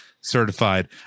certified